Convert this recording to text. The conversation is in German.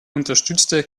unterstützte